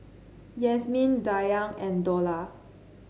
Yasmin Dayang and Dollah